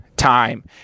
time